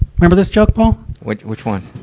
memer this joke, paul? which, which one?